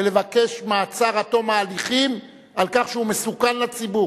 ולבקש מעצר עד תום ההליכים על כך שהוא מסוכן לציבור.